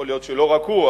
יכול להיות שלא רק הוא,